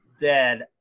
dead